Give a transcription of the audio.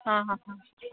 ಹಾಂ ಹಾಂ ಹಾಂ